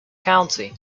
county